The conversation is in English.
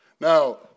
Now